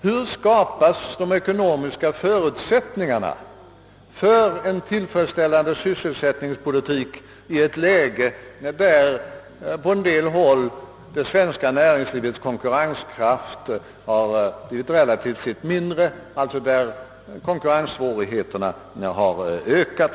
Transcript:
Hur skapas de ekonomiska förutsättningarna för en tillfredsställande syssel sättningspolitik i ett läge där det svenska näringslivets konkurrenskraft på en del håll har blivit relativt sett mindre, alltså där konkurrenssvårigheterna har ökat?